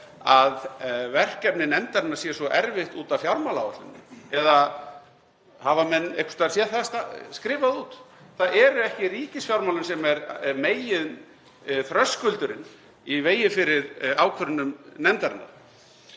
að verkefni nefndarinnar sé svo erfitt út af fjármálaáætluninni, eða hafa menn einhvers staðar séð það skrifað út? Það eru ekki ríkisfjármálin sem eru meginþröskuldurinn í vegi fyrir ákvörðunum nefndarinnar.